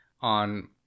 on